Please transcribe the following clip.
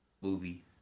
Movie